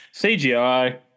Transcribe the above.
CGI